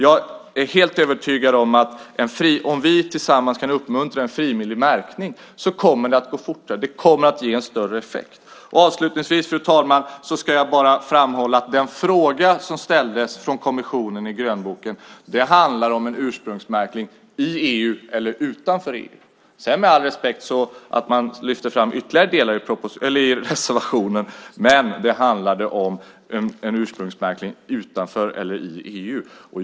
Jag är helt övertygad om att om vi tillsammans kan uppmuntra en frivillig märkning kommer det att gå fortare. Det kommer att ge större effekt. Avslutningsvis ska jag bara framhålla att den fråga som ställdes i grönboken från kommissionen handlar om en ursprungsmärkning i EU eller utanför EU. Jag har respekt för att man lyfter fram ytterligare delar i reservationen, men det handlade om en ursprungsmärkning utanför eller i EU.